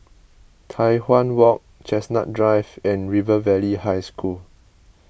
Tai Hwan Walk Chestnut Drive and River Valley High School